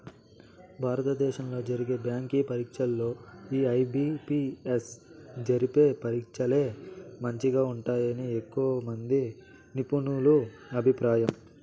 భారత దేశంలో జరిగే బ్యాంకి పరీచ్చల్లో ఈ ఐ.బి.పి.ఎస్ జరిపే పరీచ్చలే మంచిగా ఉంటాయని ఎక్కువమంది నిపునుల అభిప్రాయం